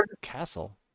castle